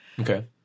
Okay